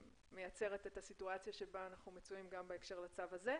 שמייצרת את הסיטואציה שבה אנחנו מצויים גם בהקשר לצו הזה.